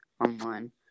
online